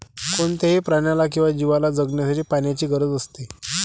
कोणत्याही प्राण्याला किंवा जीवला जगण्यासाठी पाण्याची गरज असते